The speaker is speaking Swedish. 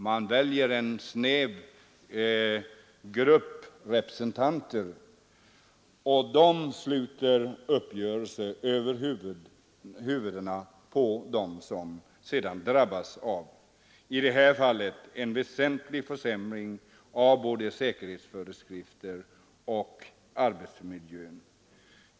Man väljer en snäv grupp representanter, och de träffar uppgörelse över huvudena på dem som drabbas av — som i det här fallet — en väsentlig försämring av både säkerhetsföreskrifter och arbetsmiljö.